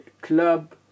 club